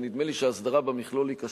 נדמה לי שהסדרה במכלול היא קשה,